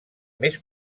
més